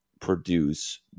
produce